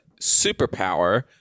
superpower